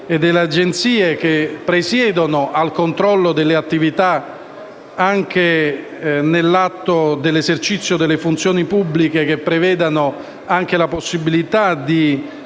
e delle agenzie che presiedono al controllo delle attività, anche nell'esercizio delle funzioni pubbliche, che prevedano la possibilità di